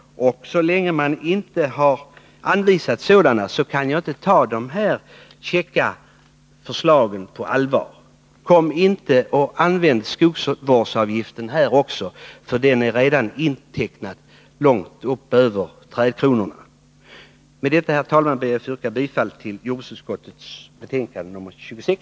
Men så länge man inte redovisat resurserna kan jag inte ta de här käcka förslagen på allvar. Kom inte och för fram skogsvårdsavgiften här också, för den är redan intecknad långt upp över trädkronorna! Med detta yrkar jag bifall till hemställan i jordbruksutskottets betänkande 26.